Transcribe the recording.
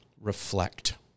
reflect